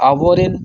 ᱟᱵᱚᱨᱮᱱ